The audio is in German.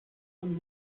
von